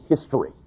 history